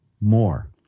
more